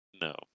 No